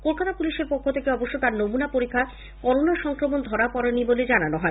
কলকাতা পুলিশের পক্ষ থেকে অবশ্য তার নমুনা পরীক্ষা করোনয় সংক্রমণ ধরা পড়েনি বলে জানানো হয়